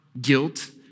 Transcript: guilt